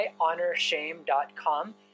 honorshame.com